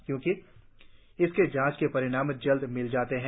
क्योंकि इसके जांच के परिणाम जल्द ही मिल जाते है